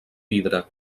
vidre